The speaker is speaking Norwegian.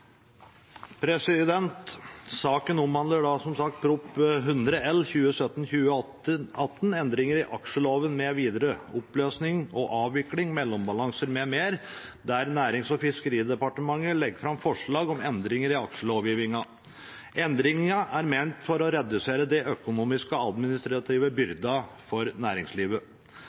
vedtatt. Saken omhandler, som det ble sagt, Prop. 100 L for 2017–2018, endringer i aksjelovgivningen mv. – oppløsning og avvikling, mellombalanse m.m., der Nærings- og fiskeridepartementet legger fram forslag om endringer i aksjelovgivningen. Endringene er ment for å redusere de økonomiske og administrative byrdene for næringslivet.